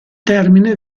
termine